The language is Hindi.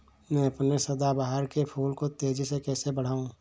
मैं अपने सदाबहार के फूल को तेजी से कैसे बढाऊं?